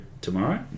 tomorrow